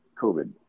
COVID